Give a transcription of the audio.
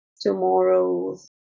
tomorrow's